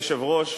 אדוני היושב-ראש,